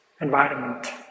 environment